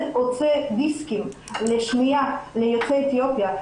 הוציא דיסקים לשמיעה ליוצאי אתיופיה,